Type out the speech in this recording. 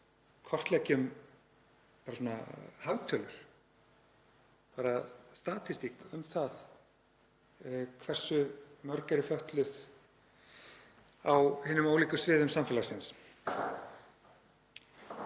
kortleggjum hagtölur, bara statistík um það hversu mörg eru fötluð á hinum ólíku sviðum samfélagsins.